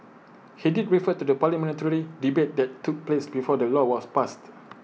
he did refer to the parliamentary debate that took place before the law was passed